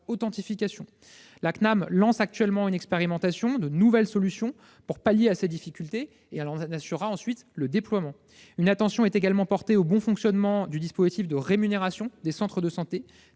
authentification. La CNAM lance actuellement une expérimentation de nouvelles solutions pour pallier ces difficultés et en assurera ensuite le déploiement. Une attention est également portée au bon fonctionnement du dispositif de rémunération des centres de santé,